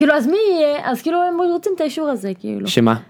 ‫כאילו אז מי יהיה? אז כאילו, ‫הם מ-רוצים את האישור הזה, כאילו. ‫שמה?